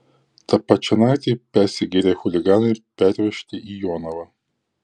tą pačią naktį persigėrę chuliganai pervežti į jonavą